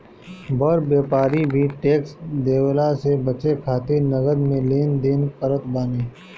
बड़ व्यापारी भी टेक्स देवला से बचे खातिर नगद में लेन देन करत बाने